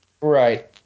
right